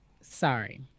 Sorry